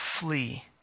flee